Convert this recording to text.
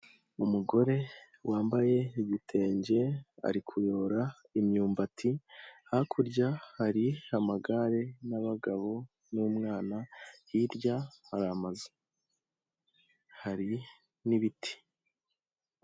Umugore wambaye igitenge, ari kuyora imyumbati, hakurya hari amagare n'abagabo n'umwana, hirya hari amazu hari n'ibiti.